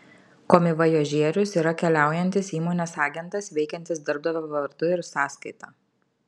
komivojažierius yra keliaujantis įmonės agentas veikiantis darbdavio vardu ir sąskaita